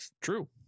True